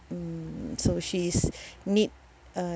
hmm so she's need